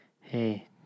Hey